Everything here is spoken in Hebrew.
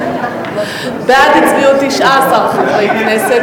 בעד הצביעו 19 חברי כנסת,